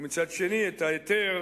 ומצד שני את ההיתר,